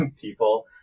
people